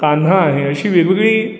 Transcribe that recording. कान्हा आहे अशी वेगवेगळी